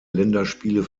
länderspiele